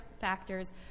factors